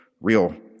real